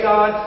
God